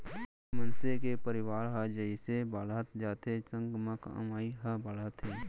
मनसे के परवार ह जइसे बाड़हत जाथे संग म कमई ह बाड़थे